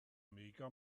mega